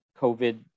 COVID